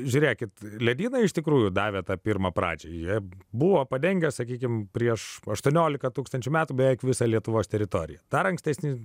žiūrėkit ledynai iš tikrųjų davė tą pirmą pradžią jiems buvo padengęs sakykime prieš aštuoniolika tūkstančių metų beveik visą lietuvos teritoriją dar ankstesni